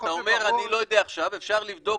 אתה אומר שאתה לא יודע עכשיו, אבדוק לבדוק,